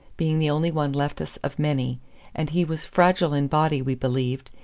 being the only one left us of many and he was fragile in body, we believed,